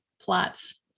plots